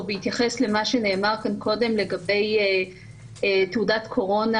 בהתייחס למה שנאמר קודם לגבי תעודת קורונה,